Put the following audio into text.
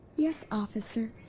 yes, officer.